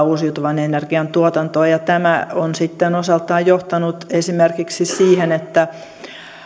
uusiutuvan energian tuotantoon ja tämä on sitten osaltaan johtanut esimerkiksi siihen että